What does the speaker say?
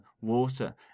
water